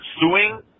suing